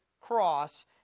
cross